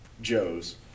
Joes